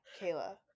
kayla